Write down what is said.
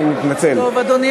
אני מבקש, למאבק בסדום ועמורה.